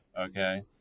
okay